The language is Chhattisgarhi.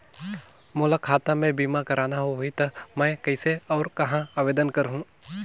मोला खाता मे बीमा करना होहि ता मैं कइसे और कहां आवेदन करहूं?